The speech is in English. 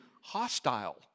hostile